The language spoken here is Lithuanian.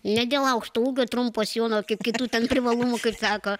ne dėl aukšto ūgio trumpo sijono kaip kitų ten privalumų kaip sako